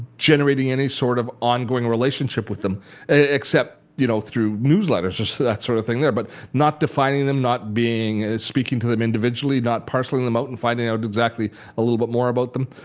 generating any sort of ongoing relationship with them except you know through newsletters, just that sort of thing there, but not defining them, not speaking to them individually, not parceling them out and finding out exactly a little bit more about them.